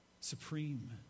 Supreme